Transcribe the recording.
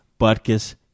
Butkus